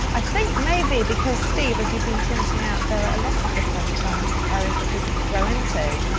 i think maybe because, steve, as you've been pointing out, there are a lot of different um areas that people could go into.